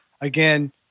Again